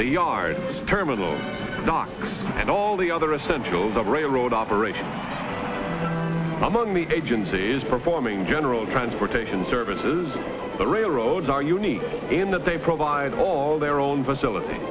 the yards terminal docks and all the other essentials of railroad operation among the agencies performing general transportation services the railroads are unique in that they provide all their own facilit